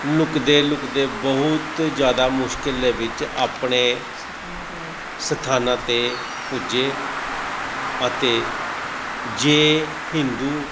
ਲੁਕਦੇ ਲੁਕਦੇ ਬਹੁਤ ਜ਼ਿਆਦਾ ਮੁਸ਼ਕਿਲ ਦੇ ਵਿੱਚ ਆਪਣੇ ਸਥਾਨਾਂ 'ਤੇ ਪੁੱਜੇ ਅਤੇ ਜੇ ਹਿੰਦੂ